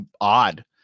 odd